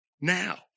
now